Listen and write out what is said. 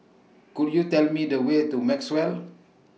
Could YOU Tell Me The Way to Maxwell